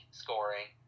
scoring